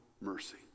mercy